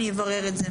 אני אברר את זה.